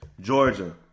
Georgia